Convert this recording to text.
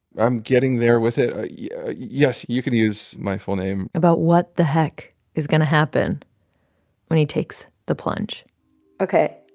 i'm getting there with it. ah yeah yes, you can use my full name. about what the heck is going to happen when he takes the plunge ok,